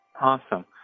Awesome